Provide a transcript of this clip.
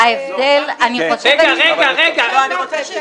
ההבדל, אני חושבת --- רגע, רגע.